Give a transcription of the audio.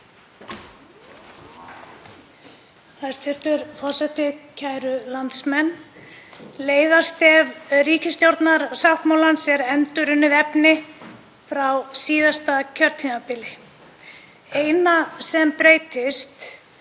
Hæstv. forseti. Kæru landsmenn. Leiðarstef ríkisstjórnarsáttmálans er endurunnið efni frá síðasta kjörtímabili. Það eina sem breytist